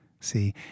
See